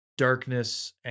Darkness